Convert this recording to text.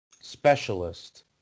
specialist